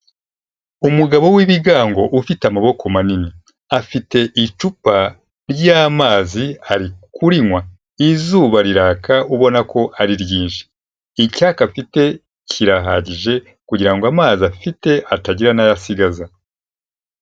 Umugabo w'ibigango ufite amaboko manini, afite icupa ry'amazi ari kurinywa, izuba riraka ubona ko ari ryinshi, icyaka afite kirahagije kugira ngo amazi afite hatagira nayo asigaza.